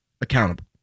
accountable